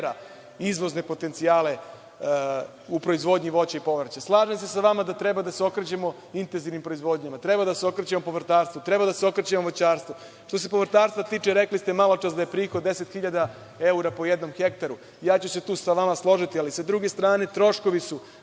izvozne potencijale u proizvodnji voća i povrća. Slažem se sa vama da treba da se okrećemo intenzivnim proizvodnjama, treba da se okrećemo povrtarstvu, treba da se okrećemo voćarstvu. Što se povrtarstva tiče rekli ste maločas da je prihod 10.000 evra po jednom ha. Tu ću se sa vama složiti, ali sa druge strane troškovi su